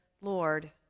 Lord